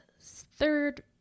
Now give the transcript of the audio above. third